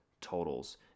totals